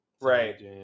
right